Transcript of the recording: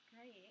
great